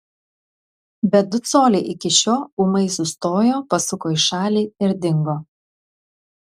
bet du coliai iki šio ūmai sustojo pasuko į šalį ir dingo